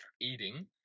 eating